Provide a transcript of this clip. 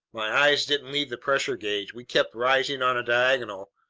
my eyes didn't leave the pressure gauge. we kept rising on a diagonal,